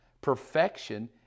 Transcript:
Perfection